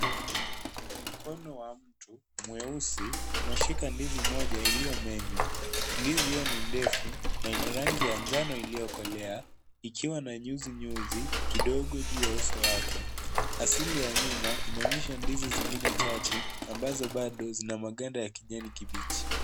Mkono wa mtu mweusi. Unashika ndizi moja iliyo menywa. Ndizi hiyo ni ndefu na ina rangi ya njano iliyokolea. Ikiwa na nyuzi nyuzi kidogo juu ya uso wake. Asili ya nyuma inaonyeshs ndizi zingine chache ambazo bado zina maganda ya kijani kibichi.